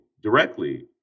directly